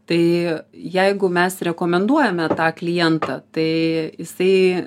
tai jeigu mes rekomenduojame tą klientą tai jisai